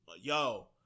yo